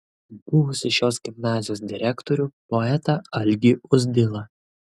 buvusį šios gimnazijos direktorių poetą algį uzdilą